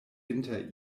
inter